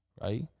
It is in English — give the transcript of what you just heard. right